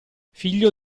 figlio